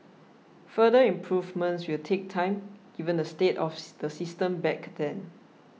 further improvements will take time given the state of the system back then